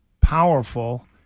powerful